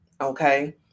Okay